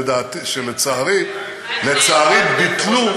שלצערי ביטלו,